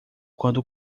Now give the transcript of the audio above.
quando